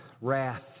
wrath